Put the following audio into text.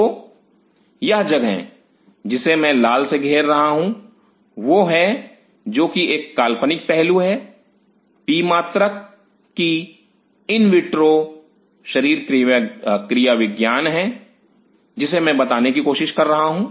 तो यह जगह जिसे मैं लाल से घेर रहा हूं वह है जो कि एक काल्पनिक पहलू पी मात्रक की इन विट्रो शरीर क्रियाविज्ञान हैं जिसे मैं बताने की कोशिश कर रहा हूं